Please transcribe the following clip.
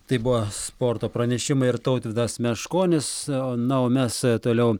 tai buvo sporto pranešimai ir tautvydas meškonis na o mes toliau